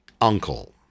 uncle